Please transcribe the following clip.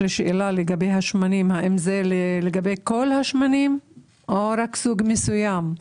האם מדובר בכל השמנים או רק בסוג מסוים?